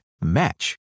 match